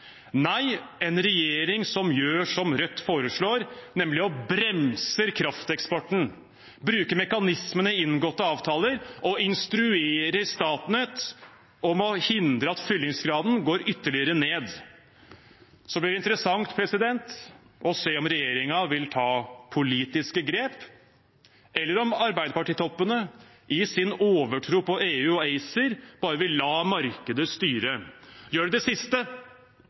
Nei, det trengs en regjering som gjør som Rødt foreslår, nemlig å bremse krafteksporten, bruke mekanismene i inngåtte avtaler og instruere Statnett om å hindre at fyllingsgraden går ytterligere ned. Det blir interessant å se om regjeringen vil ta politiske grep, eller om Arbeiderparti-toppene i sin overtro på EU og ACER bare vil la markedet styre. Gjør de det siste,